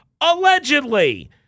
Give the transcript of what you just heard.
allegedly